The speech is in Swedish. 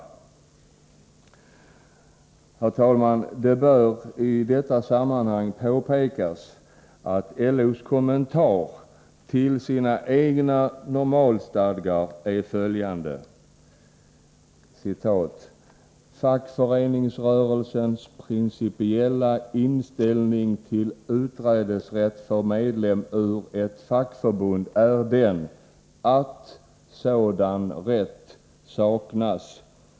Herr talman! Det bör i detta sammanhang påpekas att LO:s kommentar till sina egna normalstadgar är följande: Fackföreningsrörelsens principiella inställning till utträdesrätt för medlem ur ett fackförbund är den, att sådan rätt saknas.